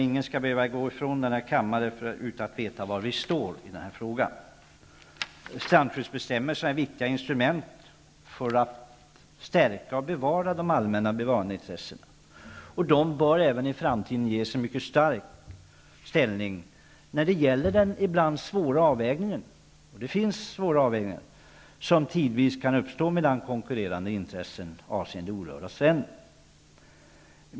Ingen skall behöva gå ifrån denna kammare utan att veta var vi står i den här frågan. Strandskyddsbestämmelserna är viktiga instrument för att stärka och bevara de allmänna intressena. De bör även i framtiden ges en mycket stark ställning när det gäller den svåra avvägning som tidvis kan uppstå mellan konkurrerande intressen avseende orörda stränder.